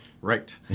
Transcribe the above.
Right